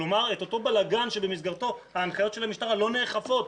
כלומר את אותו בלגן שבמסגרתו ההנחיות של המשטרה לא נאכפות.